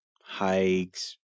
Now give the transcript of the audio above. hikes